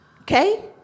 Okay